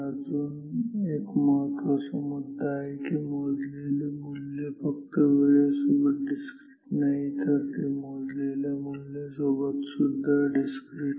हा अजून एक महत्त्वाचा मुद्दा आहे की मोजलेले मूल्य फक्त वेळे सोबतच डिस्क्रिट नाही जर ते मोजलेल्या मूल्य सोबत सुद्धा डिस्क्रिट आहे